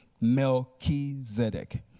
Melchizedek